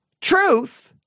truth